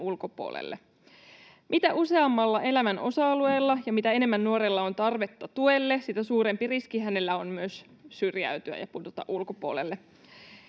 ulkopuolelle. Mitä useammalla elämän osa-alueella ja mitä enemmän nuorella on tarvetta tuelle, sitä suurempi riski hänellä on myös syrjäytyä ja pudota ulkopuolelle.